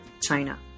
China